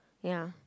ya